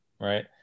right